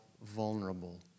vulnerable